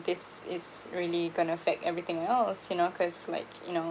this is really gonna affect everything else you know cause like you know